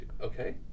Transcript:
Okay